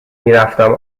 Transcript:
میرفتم